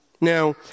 Now